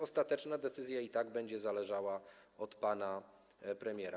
Ostateczna decyzja i tak będzie zależała od pana premiera.